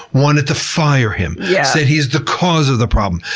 wanted to fire him. yeah said he's the cause of the problem.